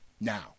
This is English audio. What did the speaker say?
Now